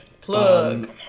Plug